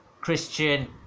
christian